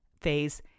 phase